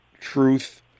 truth